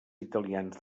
italians